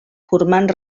formant